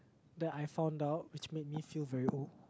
that I found out which made me feel very old